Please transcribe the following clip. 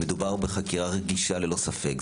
מדובר בחקירה רגישה ללא ספק.